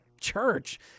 church